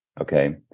okay